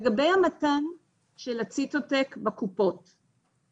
לגבי המתן של הציטוטק בקופות החולים,